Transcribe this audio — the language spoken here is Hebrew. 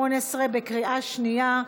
התשע"ח 2018, בקריאה שנייה.